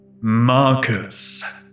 Marcus